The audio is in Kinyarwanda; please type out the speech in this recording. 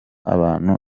abantu